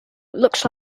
looks